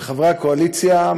וחברי הקואליציה,